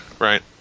right